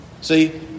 See